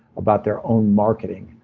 about their own marketing,